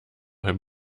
him